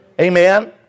Amen